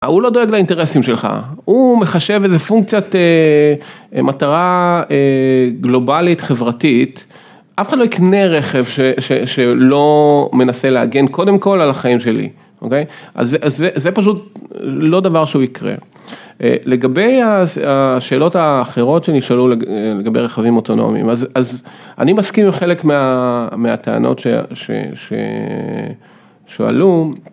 הוא לא דואג לאינטרסים שלך, הוא מחשב איזה פונקציית מטרה גלובלית, חברתית, אף אחד לא יקנה רכב שלא מנסה להגן קודם כל על החיים שלי, אוקיי? אז זה פשוט לא דבר שהוא יקרה. לגבי השאלות האחרות שנשאלו לגבי רכבים אוטונומיים, אז אני מסכים עם חלק מהטענות שהועלו.